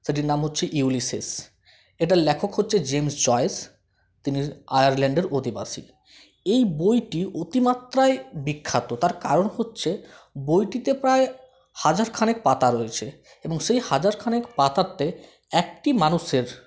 সেটির নাম হচ্ছে ইউলিসিস এটার লেখক হচ্ছে জেমস জয়েস তিনি আয়ারল্যান্ডের অধিবাসি এই বইটি অতিমাত্রায় বিখ্যাত তার কারণ হচ্ছে বইটিতে প্রায় হাজারখানেক পাতা রয়েছে এবং সেই হাজারখানেক পাতাতে একটি মানুষের